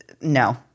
no